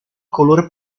color